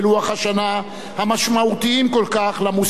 המשמעותיים כל כך למוסלמים וליהודים,